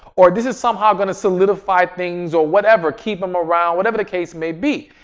or this is somehow going to solidify things or whatever, keep them around whatever the case may be.